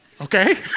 Okay